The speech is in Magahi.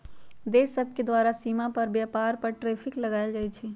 देश सभके द्वारा सीमा पार व्यापार पर टैरिफ लगायल जाइ छइ